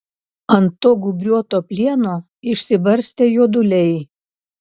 ant to gūbriuoto plieno išsibarstę juoduliai